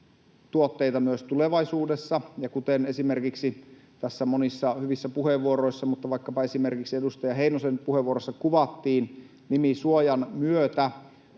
tuotteita myös tulevaisuudessa. Kuten esimerkiksi tässä monissa hyvissä puheenvuoroissa, vaikkapa esimerkiksi edustaja Heinosen puheenvuorossa, kuvattiin, nimisuojan myötä